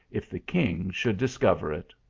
if the king should discover it